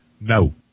no